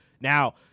now